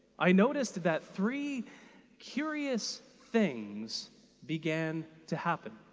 i noticed that three curious things began to happen.